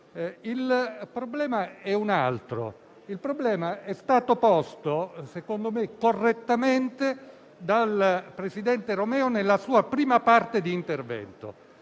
Il problema è un altro ed è stato posto, secondo me correttamente, dal presidente Romeo nella prima parte del suo intervento.